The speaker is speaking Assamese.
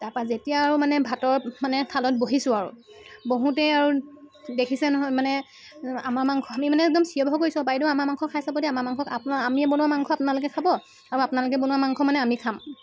তাপা যেতিয়া আৰু মানে ভাতৰ মানে থালত বহিছোঁ আৰু বহোঁতেই আৰু দেখিছে নহয় মানে আমাৰ মাংস আমি মানে একদম চিঞৰ বাখৰ কৰিছোঁ বাইদেউ আমাৰ মাংস খাই চাব দে আমাৰ মাংস আপো আমিয়ে বনোৱা মাংস আপোনালোকে খাব আৰু আপোনালোকে বনোৱা মাংস মানে আমি খাম